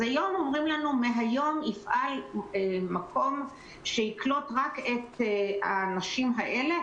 אז היום אומרים לנו שמהיום יפעל מקום שיקלוט רק את הנשים האלה,